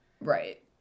right